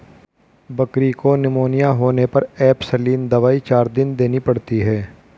बकरी को निमोनिया होने पर एंपसलीन दवाई चार दिन देनी पड़ती है